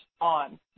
on